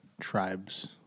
tribes